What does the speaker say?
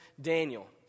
Daniel